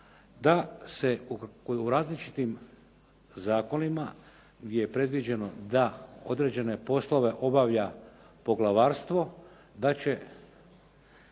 da se u različitim zakonima gdje je predviđeno da određene poslove obavlja poglavarstvo da će